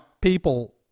people